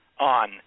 on